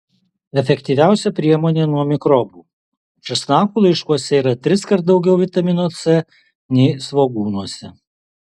efektyviausia priemonė nuo mikrobų česnakų laiškuose yra triskart daugiau vitamino c nei svogūnuose